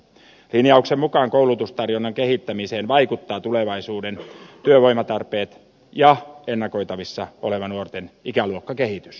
linjauksen mukaan koulutustarjonnan kehittämiseen vaikuttavat tulevaisuuden työvoimatarpeet ja ennakoitavissa oleva nuorten ikäluokkakehitys